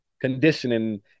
conditioning